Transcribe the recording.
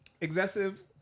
excessive